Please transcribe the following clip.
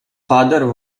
father